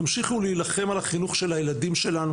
תמשיכו להילחם על החינוך של הילדים שלנו